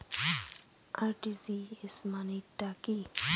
RTGS মানে টা কি?